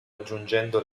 aggiungendo